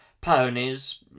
ponies